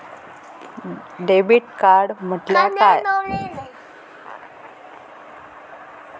Debit card म्हटल्या काय?